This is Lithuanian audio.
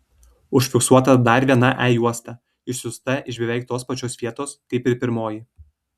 užfiksuota dar viena e juosta išsiųsta iš beveik tos pačios vietos kaip ir pirmoji